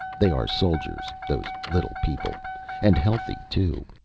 they are soldiers, those little people and healthy, too,